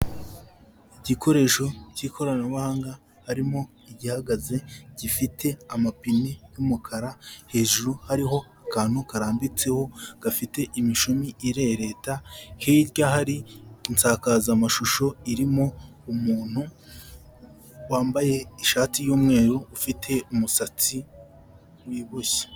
Igikoresho cy'ikoranabuhanga harimo igihagaze gifite amapine y'umukara hejuru hariho akantu karambitseho gafite imishumi irereta, hirya hari insakazamashusho irimo umuntu wambaye ishati y'umweru ufite umusatsi wiboshye.